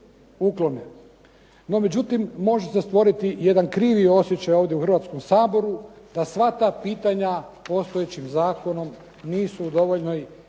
uklone. No međutim, može se stvoriti jedan krivi osjećaj ovdje u Hrvatskom saboru da sva ta pitanja postojećih zakona nisu u dovoljnoj